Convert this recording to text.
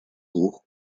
двух